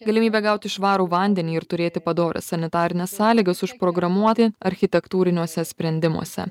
galimybė gauti švarų vandenį ir turėti padorias sanitarines sąlygas užprogramuoti architektūriniuose sprendimuose